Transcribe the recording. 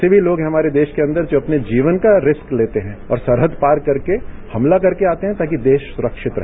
सभी लोग हमारे देश के अंदर अपने जीवन का रिस्क लेते है और सरहद पार करके हमला करके आते है ताकि देश सुरक्षित रहे